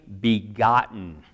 begotten